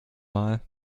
mal